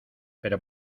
pero